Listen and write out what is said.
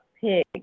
pig